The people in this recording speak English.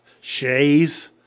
Shays